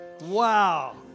Wow